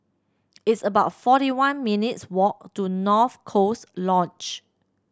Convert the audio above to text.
it's about forty one minutes' walk to North Coast Lodge